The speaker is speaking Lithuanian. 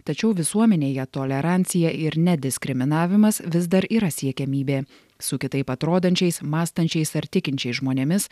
tačiau visuomenėje tolerancija ir nediskriminavimas vis dar yra siekiamybė su kitaip atrodančiais mąstančiais ar tikinčiais žmonėmis